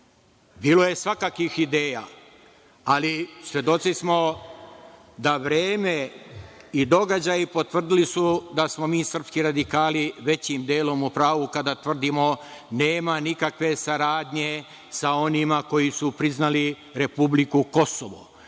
meso. Bilo je svakakvih ideja. Ali, svedoci smo, vreme i događaji potvrdili su da smo mi srpski radikali većim delom u pravu kada tvrdimo – nema nikakve saradnje sa onima koji su priznali republiku Kosovo,